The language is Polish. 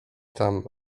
tam